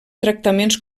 tractaments